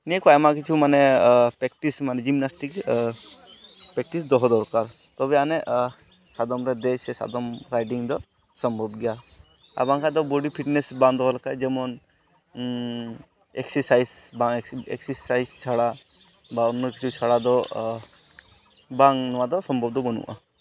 ᱱᱤᱭᱟᱹᱠᱚ ᱟᱭᱢᱟ ᱠᱤᱪᱷᱩ ᱢᱟᱱᱮ ᱯᱮᱠᱴᱤᱥ ᱢᱟᱱᱮ ᱡᱤᱢᱱᱟᱥᱴᱤᱠ ᱯᱮᱠᱴᱤᱥ ᱫᱚᱦᱚ ᱫᱚᱨᱠᱟᱨ ᱛᱚᱵᱮ ᱟᱱᱮᱡ ᱥᱟᱫᱚᱢᱨᱮ ᱫᱮᱡ ᱥᱮ ᱥᱟᱫᱚᱢ ᱨᱟᱭᱰᱤᱝ ᱫᱚ ᱥᱚᱢᱵᱷᱚᱵᱽ ᱜᱮᱭᱟ ᱟᱨ ᱵᱟᱝᱠᱷᱟᱡ ᱫᱚ ᱵᱚᱰᱤ ᱯᱷᱤᱴᱱᱮᱥ ᱵᱟᱢ ᱫᱚᱦᱚ ᱞᱮᱠᱷᱟᱡ ᱡᱮᱢᱚᱱ ᱮᱹᱠᱥᱮᱥᱟᱭᱤᱡᱽ ᱮᱹᱠᱥᱮᱥᱟᱭᱤᱡᱽ ᱪᱷᱟᱲᱟ ᱵᱟ ᱚᱱᱱᱚ ᱠᱤᱪᱷᱩ ᱪᱷᱟᱲᱟ ᱫᱚ ᱵᱟᱝ ᱱᱚᱣᱟᱫᱚ ᱥᱚᱢᱵᱷᱚᱵᱽ ᱫᱚ ᱵᱟᱹᱱᱩᱜᱼᱟ